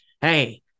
hey